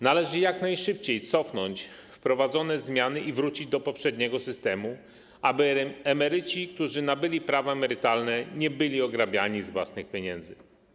Należy jak najszybciej cofnąć wprowadzone zmiany i wrócić do poprzedniego systemu, aby emeryci, którzy nabyli prawa emerytalne, nie byli ograbiani z własnych pieniędzy.